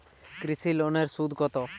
কৃষি লোনের সুদ কত?